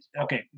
Okay